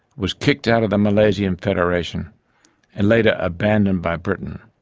was kicked out of the malaysian federation and later abandoned by britain,